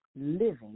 Living